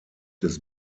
des